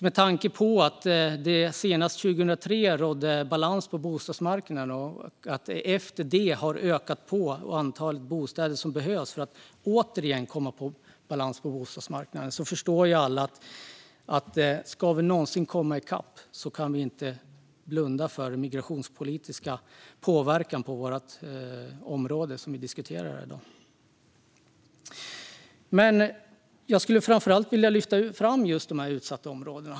Med tanke på att det var 2003 som det senast det rådde balans på bostadsmarknaden och att det antal bostäder som behövs för att återigen få balans på bostadsmarknaden därefter har ökat förstår alla att om vi någonsin ska komma i kapp kan vi inte blunda för den migrationspolitiska påverkan på det område som vi diskuterar här i dag. Framför allt skulle jag vilja lyfta fram de utsatta områdena.